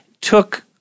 took